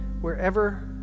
wherever